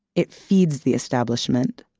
it feeds the establishment.